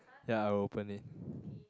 ya I will open it